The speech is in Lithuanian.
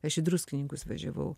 aš į druskininkus važiavau